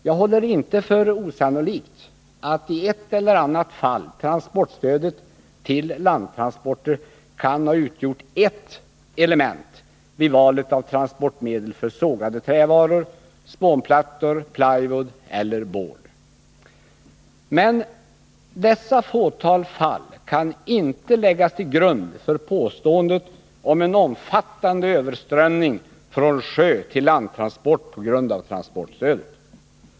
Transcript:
Jag håller det inte för osannolikt att i ett eller annat fall transportstödet till landtransporter kan ha utgjort ert element vid valet av transportmedel för sågade trävaror, spånplattor, plywood eller board. Men dessa fåtal fall kan inte läggas till grund för påståendet om en omfattande överströmning från sjötill landtransport på grund av transportstödet.